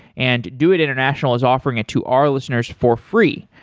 and doit international is offering it to our listeners for free.